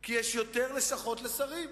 כי יש יותר לשכות לשרים.